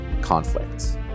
conflicts